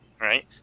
right